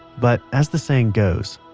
but as the saying goes,